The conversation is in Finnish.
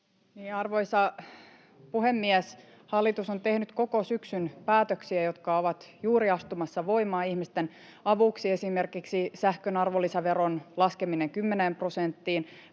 Arvoisa puhemies! Hallitus on tehnyt koko syksyn päätöksiä, jotka ovat juuri astumassa voimaan ihmisten avuksi — esimerkiksi sähkön arvonlisäveron laskeminen 10 prosenttiin,